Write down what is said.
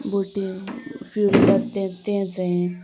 बोटी फिरतात तें तें जाय